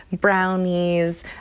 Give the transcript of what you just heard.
brownies